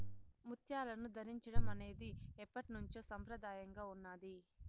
ముత్యాలను ధరించడం అనేది ఎప్పట్నుంచో సంప్రదాయంగా ఉన్నాది